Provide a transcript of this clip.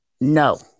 No